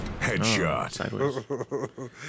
Headshot